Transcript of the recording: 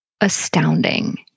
astounding